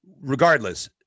Regardless